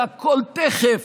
והכול תכף,